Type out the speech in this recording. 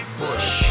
bush